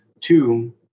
two